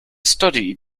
study